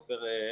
עפר,